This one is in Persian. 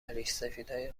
ریشسفیدهای